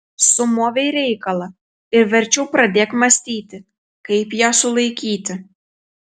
sumovei reikalą ir verčiau pradėk mąstyti kaip ją sulaikyti